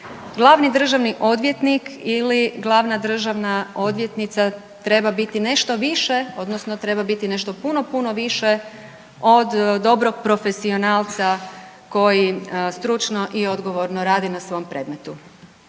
glavni državni odvjetnik ili glavna državna odvjetnica treba biti nešto više odnosno treba biti nešto puno, puno više od dobrog profesionalca koji stručno i odgovorno radi na svom predmetu.